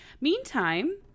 meantime